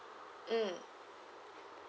mm